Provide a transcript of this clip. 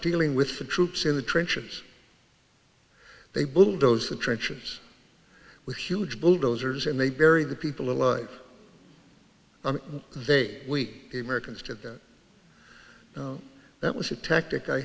dealing with the troops in the trenches they bulldoze the trenches with huge bulldozers and they bury the people alive and they weak americans did that that was a tactic i